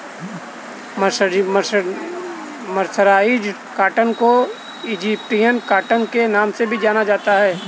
mercerised cotton को Egyptian cotton के नाम से भी जाना जाता है